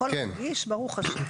הכול רגיש, ברוך השם.